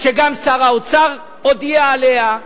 וגם שר האוצר הודיע עליה,